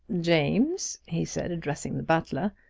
james, he said, addressing the butler,